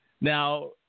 Now